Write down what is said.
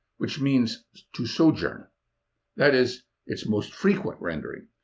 which means to sojourn that is its most frequent rendering.